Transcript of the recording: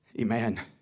Amen